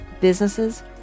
businesses